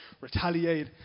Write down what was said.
retaliate